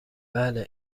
بله